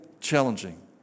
challenging